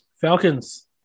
Falcons